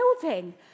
building